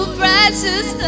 precious